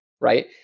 right